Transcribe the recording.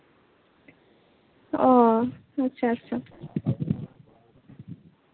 ᱚ ᱟᱪᱪᱷᱟ ᱟᱪᱪᱷᱟ